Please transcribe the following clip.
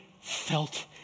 felt